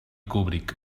kubrick